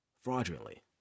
fraudulently